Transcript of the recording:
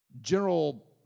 General